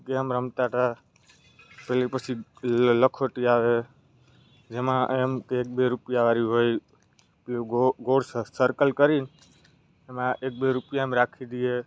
game રમતા હતા તો એ પછી લ લખોટી આવે જેમાં એમ કે એક બે રૂપિયાવાળી હોય તો એ ગો ગો ગોળ સર્કલ કરીને એમાં એક બે રૂપિયા એમ રાખી દઈએ